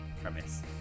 Premise